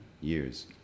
years